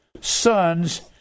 sons